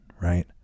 right